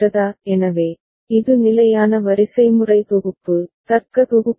JC Bn An KC An JB Cn'An KB An JA 1 KA 1 எனவே இது நிலையான வரிசைமுறை தொகுப்பு தர்க்க தொகுப்பு சிக்கல்